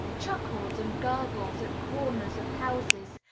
chuckles and gurgles at corners of houses,